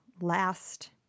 last